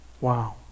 Wow